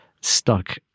stuck